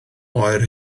oer